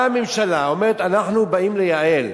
באה הממשלה ואומרת: אנחנו באים לייעל.